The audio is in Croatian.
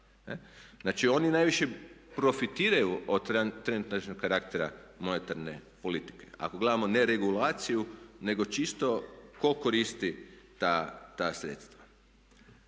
Znači oni najviše profitiraju od trenutačnog karaktera monetarne politike. Ako gledamo neregulaciju nego čisto tko koristi ta sredstva.